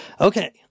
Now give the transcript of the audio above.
Okay